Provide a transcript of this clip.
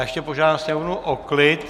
Ještě požádám sněmovnu o klid.